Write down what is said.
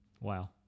Wow